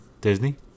Disney